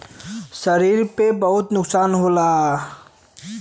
शरीर पे बहुत नुकसान होला